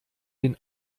den